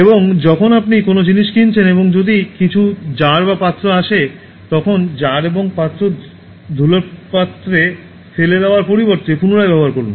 এবং যখন আপনি কোনও জিনিস কিনছেন এবং এটি যদি কিছু জার বা পাত্রে আসে তখন জার এবং পাত্রে ধুলার পাত্রে ফেলে দেওয়ার পরিবর্তে পুনরায় ব্যবহার করুন